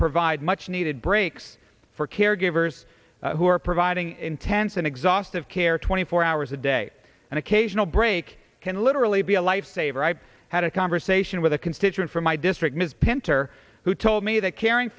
provide much needed breaks for caregivers who are providing intense and exhaustive care twenty four hours a day and occasional break can literally be a lifesaver i had a conversation with a constituent from my district ms pinto who told me that caring